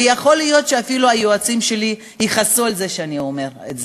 ויכול להיות אפילו שהיועצים שלי יכעסו על זה שאני אומר את זה.